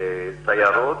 סיירות